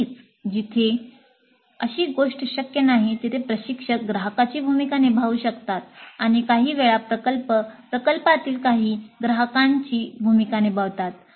नक्कीच जिथे अशी गोष्ट शक्य नाही तेथे प्रशिक्षक ग्राहकाची भूमिका निभावू शकतात किंवा काहीवेळा प्रकल्प प्रकल्पांतील काही ग्राहकांची भूमिका निभावतात